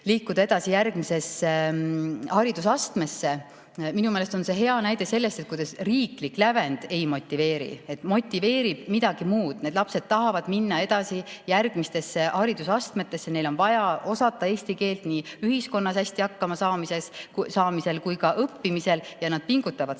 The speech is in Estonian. liikuda edasi järgmisesse haridusastmesse. Minu meelest on see hea näide selle kohta, kuidas riiklik lävend ei motiveeri. Motiveerib midagi muud. Need lapsed tahavad minna edasi järgmistesse haridusastmetesse, neil on vaja osata eesti keelt nii ühiskonnas hästi hakkamasaamiseks kui ka õppimiseks ja nad pingutavad selle